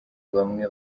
bamwe